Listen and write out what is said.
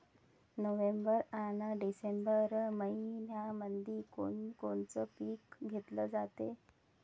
November अन December मइन्यामंधी कोण कोनचं पीक घेतलं जाते?